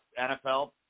NFL